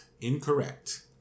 Incorrect